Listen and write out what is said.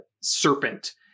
serpent